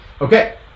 okay